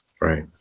Right